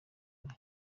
huye